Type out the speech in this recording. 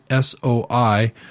SOI